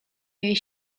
jej